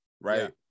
right